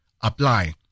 Apply